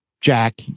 Jack